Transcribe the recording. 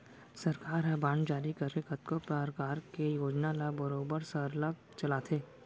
सरकार ह बांड जारी करके कतको परकार के योजना ल बरोबर सरलग चलाथे